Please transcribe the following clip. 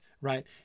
right